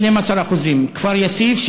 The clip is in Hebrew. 12%; כפר-יאסיף,